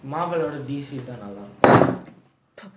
marvel விட:vida D_C தா நல்லா இருக்கு:tha nallaa irukku